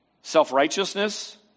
Self-righteousness